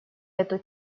эту